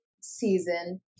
season